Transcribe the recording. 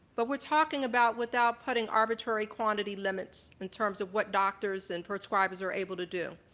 but we're talking about without putting arbitrary quantity limits in terms of what doctors and prescribers are able to do.